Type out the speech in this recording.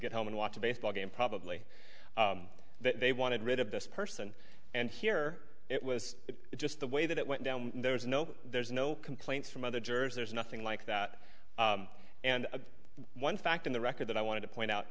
get home and watch a baseball game probably they wanted rid of this person and here it was just the way that it went down there was no there's no complaints from other jurors there's nothing like that and one fact in the record that i wanted to point out